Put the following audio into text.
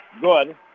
good